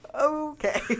Okay